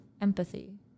empathy